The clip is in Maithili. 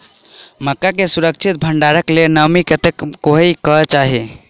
मक्का केँ सुरक्षित भण्डारण लेल नमी कतेक होइ कऽ चाहि?